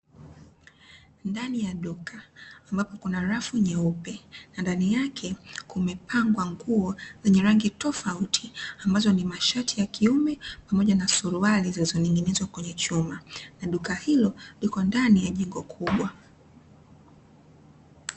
Ndani ya duka ambapo kuna rafu nyeupe na ndani yake kumepangwa nguo zenye rangi tofauti, ambazo ni mashati ya kiume pamoja na suruali zilizoning'inizwa kwenye chuma. Na duka hilo liko ndani ya jengo kubwa.